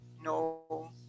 no